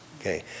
Okay